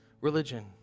religion